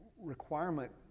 requirement